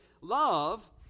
Love